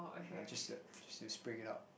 uh just to just to spring it out